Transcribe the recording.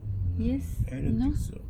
mm I don't think so